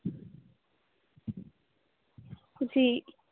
ਜੀ